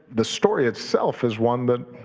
the story itself is one that